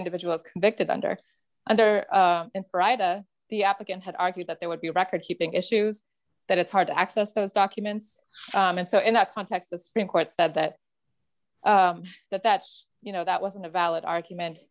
individual is convicted under under freida the applicant had argued that there would be a record keeping issues that it's hard to access those documents and so in that context that same court said that that that's you know that wasn't a valid argument